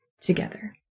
together